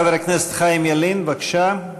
חבר הכנסת חיים ילין, בבקשה.